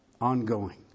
ongoing